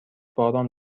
باران